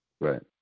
Right